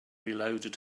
reloaded